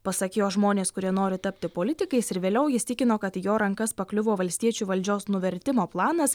pasak jo žmonės kurie nori tapti politikais ir vėliau jis tikino kad į jo rankas pakliuvo valstiečių valdžios nuvertimo planas